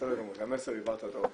בסדר גמור, את המסר העברת טוב.